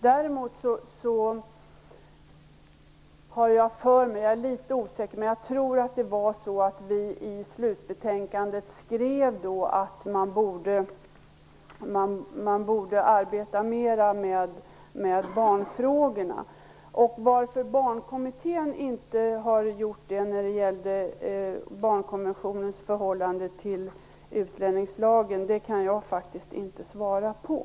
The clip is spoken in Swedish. Däremot har jag för mig - jag är litet osäker där - att vi i slutbetänkandet skrev att man borde arbeta mera med barnfrågorna. Varför Barnkommittén inte har gjort det när det gällde barnkonventionens förhållande till utlänningslagen kan jag faktiskt inte svara på.